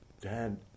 Dad